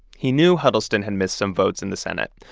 he knew huddleston had missed some votes in the senate,